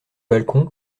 balcon